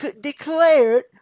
declared